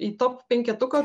į top penketuką